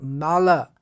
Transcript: mala